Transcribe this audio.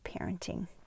parenting